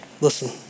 listen